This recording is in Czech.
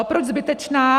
Proč zbytečná?